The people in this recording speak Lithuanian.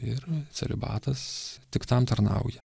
ir celibatas tik tam tarnauja